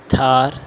Thar